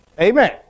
Amen